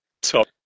Top